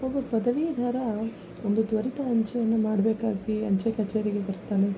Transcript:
ಒಬ್ಬ ಪದವೀಧರ ಒಂದು ತ್ವರಿತ ಅಂಚೆಯನ್ನು ಮಾಡಬೇಕಾಗಿ ಅಂಚೆ ಕಚೇರಿಗೆ ಬರ್ತಾನೆ